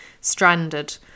stranded